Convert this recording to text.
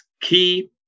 key